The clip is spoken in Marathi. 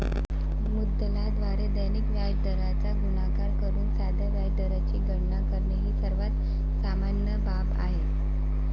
मुद्दलाद्वारे दैनिक व्याजदराचा गुणाकार करून साध्या व्याजाची गणना करणे ही सर्वात सामान्य बाब आहे